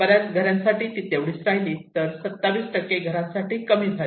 बऱ्याच घरांसाठी तेवढीच राहिली तर 27 घरांसाठी कमी झाली